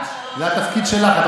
זה התפקיד שלך.